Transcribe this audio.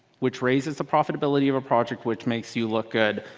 which raises the profitability of a project, which makes you look good.